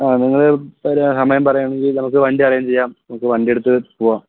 ആ നിങ്ങൾ ഒരു സമയം പറയുകയാണെങ്കിൽ നമുക്ക് വണ്ടി അറേഞ്ച് ചെയ്യാം നമുക്ക് വണ്ടി എടുത്ത് പോവാം